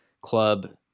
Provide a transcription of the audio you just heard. club